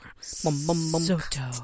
Soto